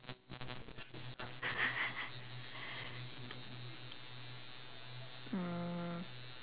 mm